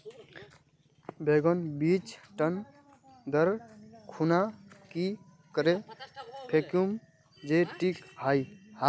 बैगन बीज टन दर खुना की करे फेकुम जे टिक हाई?